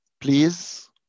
Please